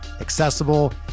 accessible